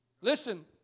Listen